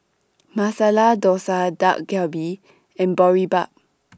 Masala Dosa Dak Galbi and Boribap